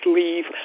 leave